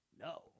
No